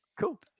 cool